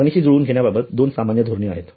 मागणीशी जुळवून घेण्याबाबत दोन सामान्य धोरणे आहेत